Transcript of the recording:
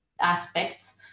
aspects